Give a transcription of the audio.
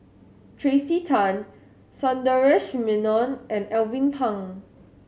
Tracey Tan Sundaresh Menon and Alvin Pang